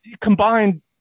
combined